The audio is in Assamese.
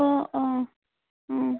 অ' অঁ অঁ